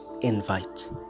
invite